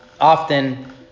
often